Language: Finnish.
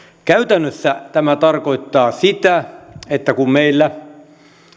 käytännössä tämä tarkoittaa sitä että kun meillä